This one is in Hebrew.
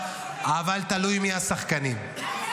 אבל תלוי מי השחקנים.